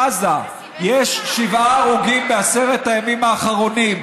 בעזה יש שבעה הרוגים בעשרת הימים האחרונים,